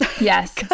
Yes